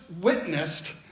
witnessed